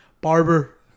Barber